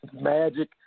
Magic